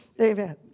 amen